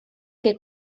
que